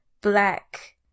black